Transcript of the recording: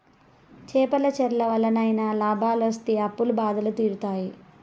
చేపల చెర్ల వల్లనైనా లాభాలొస్తి అప్పుల బాధలు తీరుతాయి